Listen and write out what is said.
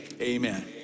Amen